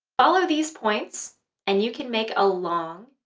follow these points and you can make a long,